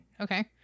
okay